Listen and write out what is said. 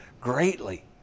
greatly